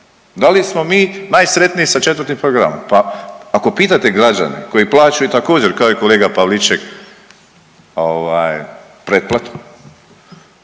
Da li smo mi najsretniji sa 4 programom? Pa ako pitate građane koji plaćaju također kao i kolega Pavliček ovaj pretplatu